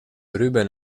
ruben